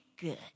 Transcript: good